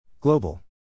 Global